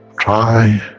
try